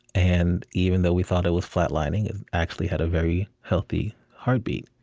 and even though we thought it was flatlining, it actually had a very healthy heartbeat.